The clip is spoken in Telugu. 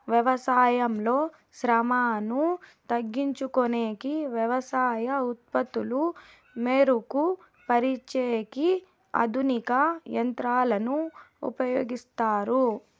వ్యవసాయంలో శ్రమను తగ్గించుకొనేకి వ్యవసాయ ఉత్పత్తులు మెరుగు పరిచేకి ఆధునిక యంత్రాలను ఉపయోగిస్తారు